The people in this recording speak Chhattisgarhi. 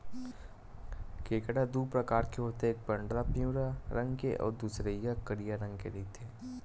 केंकरा दू परकार होथे एक पंडरा पिंवरा रंग के अउ दूसरइया करिया रंग के रहिथे